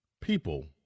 people